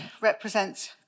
represents